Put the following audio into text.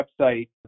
website